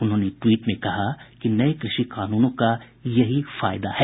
उन्होंने टवीट में कहा कि नये कृषि कानूनों का यही फायदा है